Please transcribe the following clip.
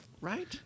Right